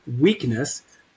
weakness